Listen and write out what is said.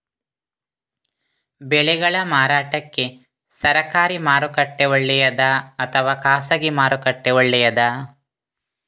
ಬೆಳೆಗಳ ಮಾರಾಟಕ್ಕೆ ಸರಕಾರಿ ಮಾರುಕಟ್ಟೆ ಒಳ್ಳೆಯದಾ ಅಥವಾ ಖಾಸಗಿ ಮಾರುಕಟ್ಟೆ ಒಳ್ಳೆಯದಾ